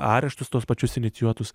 areštus tuos pačius inicijuotus